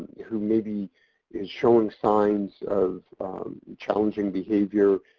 who maybe is showing signs of challenging behavior,